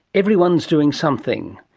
everyone is doing something.